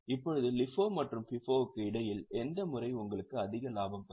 இப்போது LIFO மற்றும் FIFO க்கு இடையில் எந்த முறை உங்களுக்கு அதிக லாபம் தரும்